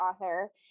author